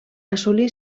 assolí